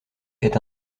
est